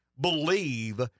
believe